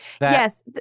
Yes